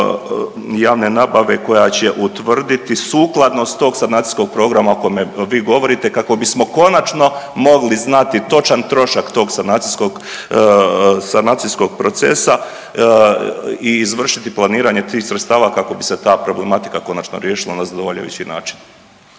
javne nabave koja će utvrditi sukladnost tog sanacijskog programa o kome vi govorite kako bismo konačno mogli znati točan trošak tog sanacijskog, sanacijskog procesa i izvršiti planiranje tih sredstava kako bi se ta problematika konačno riješila na zadovoljavajući način.